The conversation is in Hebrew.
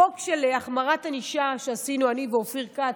חוק של החמרת ענישה שעשינו אני ואופיר כץ,